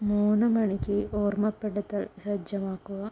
മൂന്ന് മണിക്ക് ഓർമ്മപ്പെടുത്തൽ സജ്ജമാക്കുക